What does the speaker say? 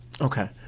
Okay